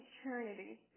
eternity